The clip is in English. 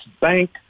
Bank